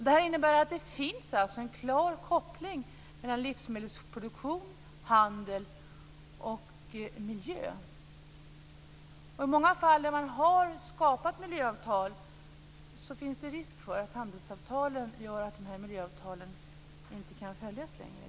Det här innebär att det finns en klar koppling mellan livsmedelsproduktion, handel och miljö. I många fall där man har skapat miljöavtal finns det en risk för att handelsavtalen gör att miljöavtalen inte kan följas längre.